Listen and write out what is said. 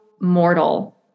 mortal